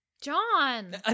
John